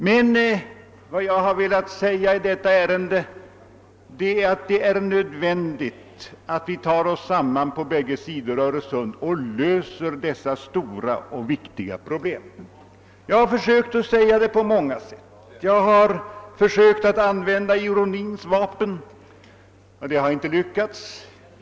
Men vad jag har velat säga i detta ären de är att det är nödvändigt att vi tar oss samman på bägge sidor Öresund och löser dessa stora och viktiga problem. Jag har försökt att säga det på många sätt; jag har försökt använda ironins vapen — det har inte lyckats.